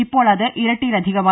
ഇ്പോൾ അത് ഇരട്ടിയിലധികമായി